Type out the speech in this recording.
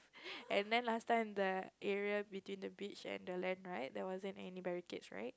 and then last time the area between the beach and the land right there wasn't any barricades right